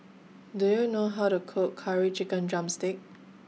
Do YOU know How to Cook Curry Chicken Drumstick